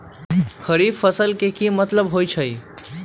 खरीफ फसल के की मतलब होइ छइ?